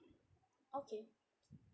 okay